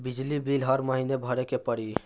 बिजली बिल हर महीना भरे के पड़ी?